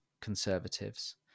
Conservatives